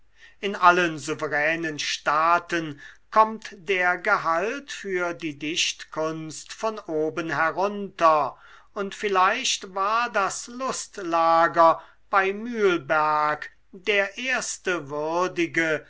in allen souveränen staaten kommt der gehalt für die dichtkunst von oben herunter und vielleicht war das lustlager bei mühlberg der erste würdige